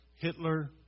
Hitler